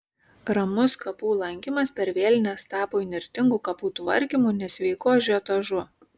ramus kapų lankymas per vėlines tapo įnirtingu kapų tvarkymu nesveiku ažiotažu